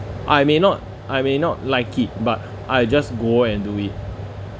I may not I may not like it but I just go and do it